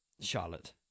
Charlotte